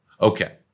Okay